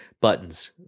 buttons